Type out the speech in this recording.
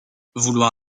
vouloir